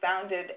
founded